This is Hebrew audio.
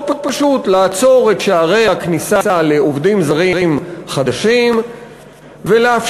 מאוד פשוט: לעצור את שערי הכניסה לעובדים זרים חדשים ולאפשר,